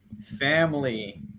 family